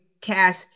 cash